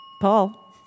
Paul